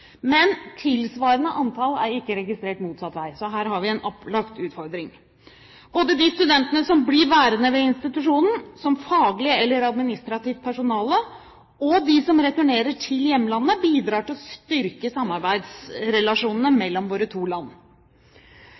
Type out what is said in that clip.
Tilsvarende antall studenter er ikke registrert motsatt vei, så her har vi opplagt en utfordring. Både de studentene som blir værende ved institusjonen som faglig eller administrativt personale, og de som returnerer til hjemlandet, bidrar til å styrke samarbeidsrelasjonene mellom våre to land.